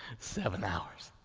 seven hours.